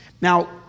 Now